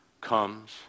comes